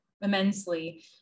immensely